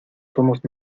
somos